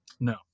no